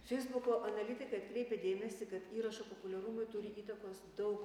feisbuko analitikai atkreipia dėmesį kad įrašo populiarumui turi įtakos daug